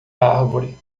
árvore